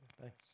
Thanks